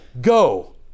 Go